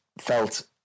felt